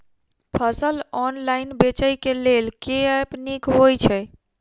फसल ऑनलाइन बेचै केँ लेल केँ ऐप नीक होइ छै?